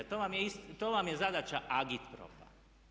To vam je zadaća agitpropa.